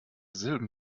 silben